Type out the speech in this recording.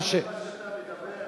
אתה מאמין למה שאתה מדבר?